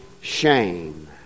shame